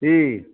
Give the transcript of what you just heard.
ठीक